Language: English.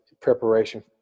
preparation